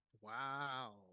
Wow